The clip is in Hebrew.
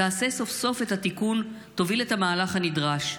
תעשה סוף-סוף את התיקון, תוביל את המהלך הנדרש.